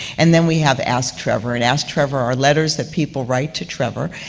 and then we have ask trevor. and ask trevor are letters that people write to trevor,